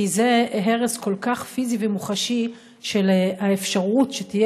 כי זה הרס כל כך פיזי ומוחשי של האפשרות שתהיה